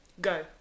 Go